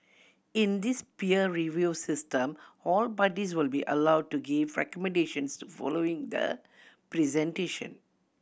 in this peer review system all parties will be allowed to give recommendations following the presentation